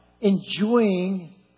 enjoying